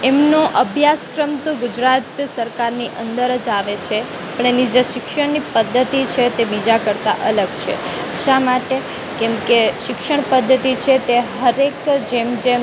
એમનો અભ્યાસક્રમ તો ગુજરાત સરકારની અંદર જ આવે છે પણ એની જે શિક્ષણની પધ્ધતિ છે તે બીજા કરતાં અલગ છે શા માટે કેમ કે શિક્ષણ પધ્ધતિ છે તે હર એક જેમ જેમ